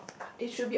before